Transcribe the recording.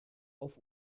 auf